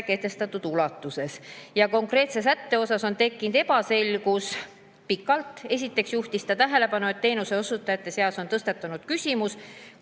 kehtestatud ulatuses. Konkreetse sättega on tekkinud ebaselgus, [mis on kestnud] pikalt. Esiteks juhtis ta tähelepanu, et teenuseosutajate seas on tõstatunud küsimus,